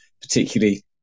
particularly